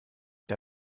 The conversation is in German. der